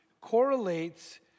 correlates